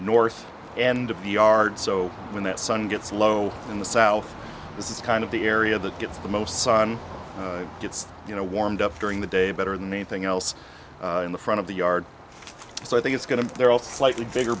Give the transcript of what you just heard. north end of the yard so when that sun gets low in the south this is kind of the area that gets the most sun gets you know warmed up during the day better than anything else in the front of the yard so i think it's going to they're all slightly bigger